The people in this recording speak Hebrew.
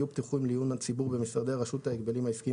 יהיו פתוחים לעיון הציבור במשרדי רשות ההגבלים העסקיים